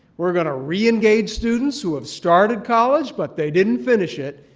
we're going to re-engage students who have started college, but they didn't finish it,